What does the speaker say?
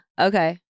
okay